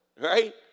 Right